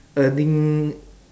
earning